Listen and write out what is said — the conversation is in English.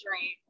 dream